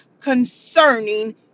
concerning